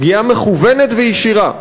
פגיעה מכוונת וישירה,